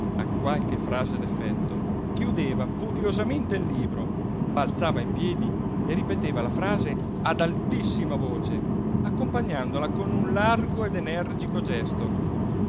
a qualche frase d'effetto chiudeva furiosamente il libro balzava in piedi e ripeteva la frase ad altissima voce accompagnandola con un largo ed energico gesto